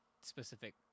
specific